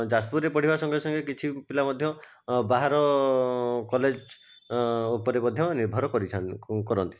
ଯାଜପୁରରେ ପଢ଼ିବା ସଙ୍ଗେ ସଙ୍ଗେ କିଛି ପିଲା ମଧ୍ୟ ବାହାର କଲେଜ ଉପରେ ମଧ୍ୟ ନିର୍ଭର କରିଥାନ୍ତି କରନ୍ତି